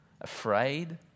Afraid